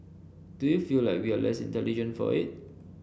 do you feel like we are less intelligent for it